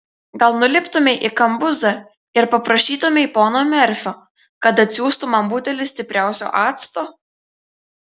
gal nuliptumei į kambuzą ir paprašytumei pono merfio kad atsiųstų man butelį stipriausio acto